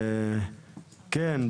כן,